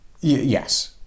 Yes